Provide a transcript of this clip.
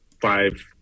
five